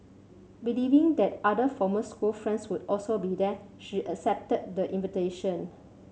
believing that other former school friends would also be there she accepted the invitation